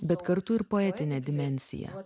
bet kartu ir poetinė dimensija